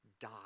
die